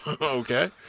Okay